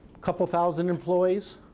couple of thousand employees.